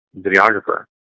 videographer